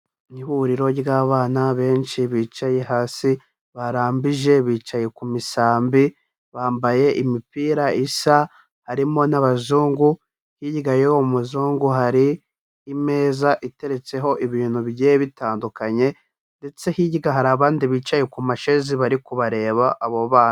Ni ihuriro ry'abana benshi bicaye hasi barambije bicaye ku misambi, bambaye imipira isa, harimo n'Abazungu, hirya y'uwo muzungu, hari imeza iteretseho ibintu bigiye bitandukanye, ndetse hirya hari abandi bicaye ku mashezi bari kubareba abo bana.